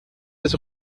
das